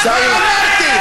עיסאווי,